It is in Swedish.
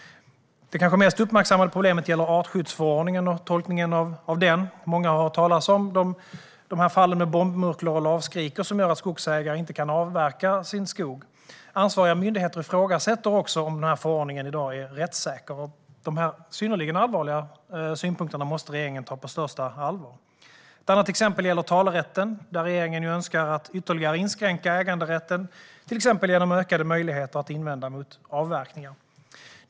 Det kanske mest uppmärksammade problemet gäller artskyddsförordningen och tolkningen av den. Många har hört talas om de fall med bombmurklor och lavskrikor som gör att skogsägare inte kan avverka sin skog. Ansvariga myndigheter ifrågasätter också om denna förordning i dag är rättssäker. Dessa synnerligen allvarliga synpunkter måste regeringen ta på största allvar. Ett annat exempel gäller talerätten. Där önskar regeringen att ytterligare inskränka äganderätten, till exempel genom ökade möjligheter att invända mot avverkningar.